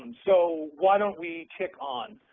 and so why don't we tick on,